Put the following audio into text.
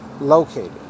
located